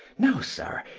now, sir,